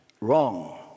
Wrong